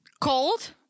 Cold